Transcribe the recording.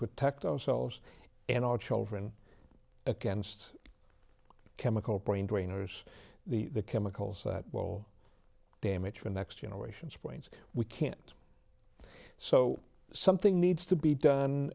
protect ourselves and our children against chemical brain drain hours the chemicals that will damage the next generation sprains we can't so something needs to be done